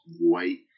white